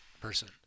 person